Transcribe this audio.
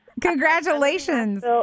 Congratulations